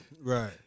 right